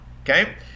Okay